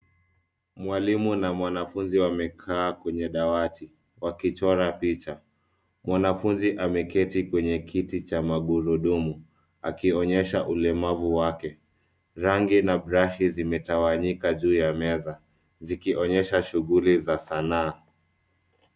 Mwalimu na mwanafunzi wamekaa kwenye dawati wakichora picha. Mwanafunzi ameketi kwenye kiti cha magurudumu, akionyesha ulemavu wake. Rangi na brashi zimetawanyika juu ya meza, zikionyesha shuguli za sanaa.